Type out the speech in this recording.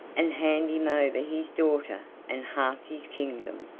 and hand him over his daughter and half his kingdom.